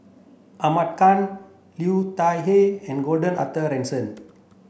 Ahmad Khan Liu Thai Ker and Gordon Arthur Ransome